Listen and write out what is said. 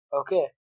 Okay